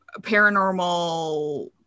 paranormal